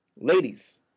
Ladies